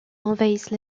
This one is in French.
envahissent